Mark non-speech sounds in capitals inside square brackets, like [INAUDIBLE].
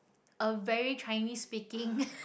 a very Chinese speaking [LAUGHS]